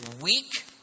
weak